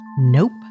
Nope